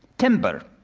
timber,